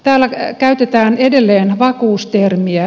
täällä käytetään edelleen vakuus termiä